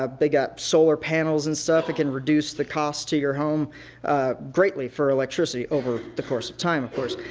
ah they got solar panels and stuff that can reduce the cost to your home greatly for electricity, over the course of time, of course,